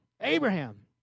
Abraham